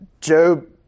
Job